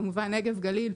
כמובן נגב גליל,